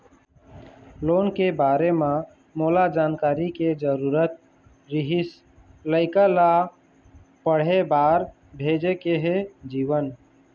loan के बारे म मोला जानकारी के जरूरत रीहिस, लइका ला पढ़े बार भेजे के हे जीवन